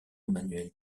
manuel